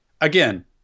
Again